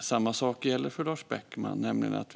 Samma sak gäller för Lars Beckman som för oss andra.